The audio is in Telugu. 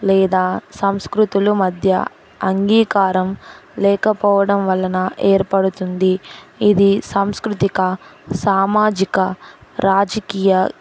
లేదా సంస్కృతులు మధ్య అంగీకారం లేకపోవడం వలన ఏర్పడుతుంది ఇది సంస్కృతిక సామాజిక రాజకీయ